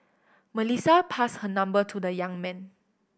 Melissa passed her number to the young man